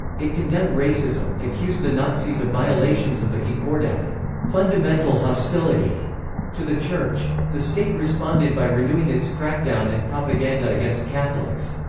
it condemned racism, accused the nazis of violations of the concordat and fundamental hostility to the church. the state responded by renewing its crackdown and propaganda against catholics.